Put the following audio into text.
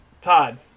Todd